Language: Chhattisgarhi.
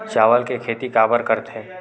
चावल के खेती काबर करथे?